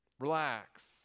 relax